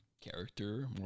...character